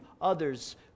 others